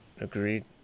Agreed